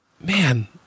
Man